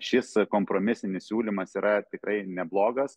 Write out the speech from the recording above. šis kompromisinis siūlymas yra tikrai neblogas